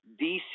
DC